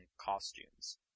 costumes